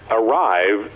arrive